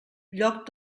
lloc